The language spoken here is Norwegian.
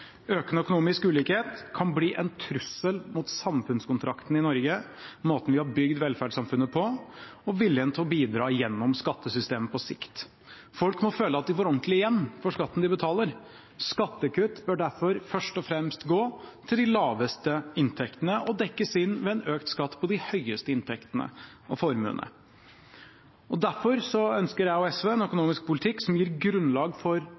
Økende økonomisk ulikhet kan bli en trussel mot samfunnskontrakten i Norge – måten vi har bygd velferdssamfunnet på, og viljen til å bidra gjennom skattesystemet på sikt. Folk må føle at de får ordentlig igjen for skatten de betaler. Skattekutt bør derfor først og fremst gå til de laveste inntektene og dekkes inn ved en økt skatt på de høyeste inntektene og formuene. Derfor ønsker jeg og SV en økonomisk politikk som gir grunnlag for